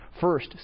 First